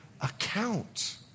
account